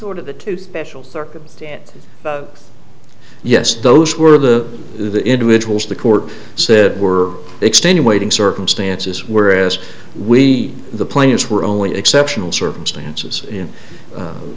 of the tooth yes those were the the individuals the court said were extenuating circumstances whereas we the players were only exceptional circumstances and